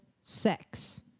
sex